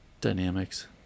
Dynamics